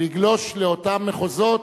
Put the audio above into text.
לגלוש לאותם מחוזות